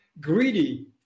greedy